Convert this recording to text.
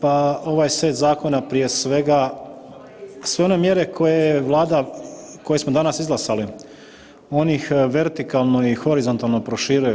Pa, ovaj set zakona prije svega, sve one mjere koje je Vlada, koje smo danas izglasali, onih vertikalno i horizontalno proširuju.